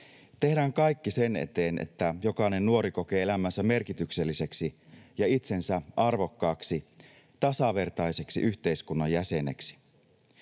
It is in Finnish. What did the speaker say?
Tehdään kaikki sen eteen, että jokainen nuori kokee elämänsä merkitykselliseksi ja itsensä arvokkaaksi, tasavertaiseksi yhteiskunnan jäseneksi.